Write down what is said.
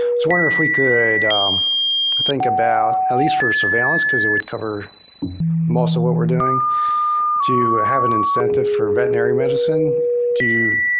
just wonder if we could think about at least for surveillance because it would cover most of what we're doing to have an incentive for veterinary medicine to